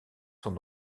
sont